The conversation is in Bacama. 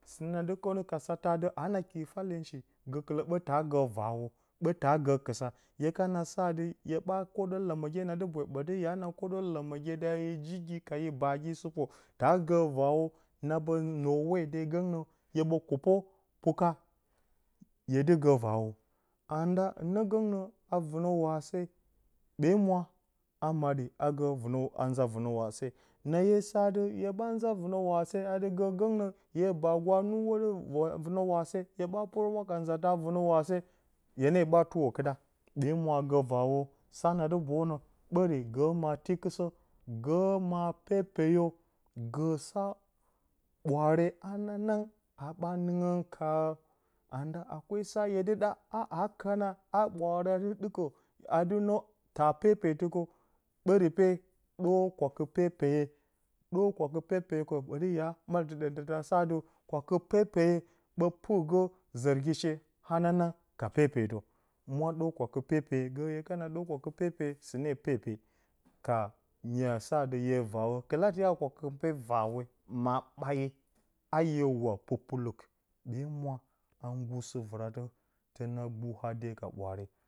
Sɨ nə, dɨ kənu ka satə ati ana kiifa iyinshi, gəkɨlə ɓəta gə vaawo, ɓə ta a gə kɨsa. Hye kana sa ati, hye ɓa kwoɗə ləməgye, nadɨ bo, ɓədɨ ya na kwoɗə, ləməgye da yo jigi kayo baagi sɨpo. Taa gə vaawo, naa ɓə nwo hwode gangnə, hye ɓə kupo puka, hye dɨ gə vaawo. Na nda hɨnə gəgnə, a vɨnə waase ɓee mwa, a maaɗə a gə vɨnə a nza vɨnə waase. Na hye sa adɨ, hye ɓaa nza a vɨnə waase, adɨgə gəgnə, yo baagu a nwu hwodɨ vɨnə waase, hye ne ɓaa tuwo kɨɗa, ɓe mwa a gə vaawo sa na dɨ boyu, nə ɓari, gə maa tikɨsə gə ma a pepeyo gə sa ɓwaare hananang haa ɓaa nɨngəraturun kaa na nda akwai sa hye dɨ ɗa aa kana, a ɓwaare a dɨ dɨkə, a dɨ nəw ta pepeti kəw. Bəri pe dər kwakɨ pepeye ɗər kwakɨ pepeye kwoyo, ɓədi yaa malɨmtɨ ɗəm ɗəmtə asa adɨ kwakɨ pepeye ɓə pɨrgə zərgi she hananang ka pepetə. Mwa ɗər kwakɨ pepeye, gə hye kana ɗər kwakɨ pepeye, sɨne pepe, ka mya sa adɨ, hye vaawo, kɨla tiya kwake pe adɨ hye vaawo maa-ɓaaye. A hye wak, pupulɨk, ɓe mwa a nggur sɨ vɨratə təna gbu, a dye, ka ɓwaare.